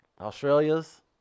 Australia's